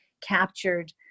captured